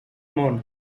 món